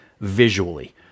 Visually